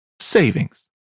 savings